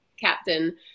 captain